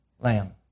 Lamb